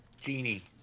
Genie